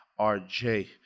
RJ